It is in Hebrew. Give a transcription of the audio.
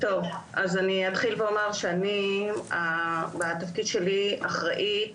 אז אתחיל ואומר שאני, בתפקידי, אחראית